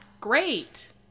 great